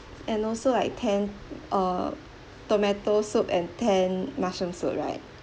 and also like ten err tomato soup and ten mushroom soup right